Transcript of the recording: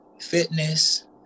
fitness